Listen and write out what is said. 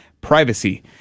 Privacy